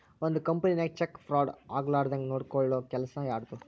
ಒಂದ್ ಕಂಪನಿನ್ಯಾಗ check fraud ಆಗ್ಲಾರ್ದಂಗ್ ನೊಡ್ಕೊಲ್ಲೊ ಕೆಲಸಾ ಯಾರ್ದು?